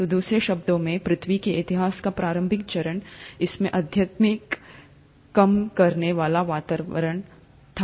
तो दूसरे शब्दों में पृथ्वी के इतिहास का प्रारंभिक चरण इसमें अत्यधिक कम करने वाला वातावरण था